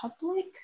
public